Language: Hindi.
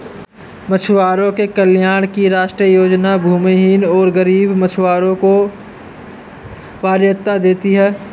मछुआरों के कल्याण की राष्ट्रीय योजना भूमिहीन और गरीब मछुआरों को वरीयता देती है